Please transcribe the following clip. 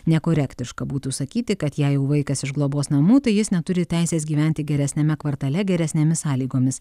nekorektiška būtų sakyti kad jeigu vaikas iš globos namų tai jis neturi teisės gyventi geresniame kvartale geresnėmis sąlygomis